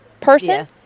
person